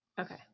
Okay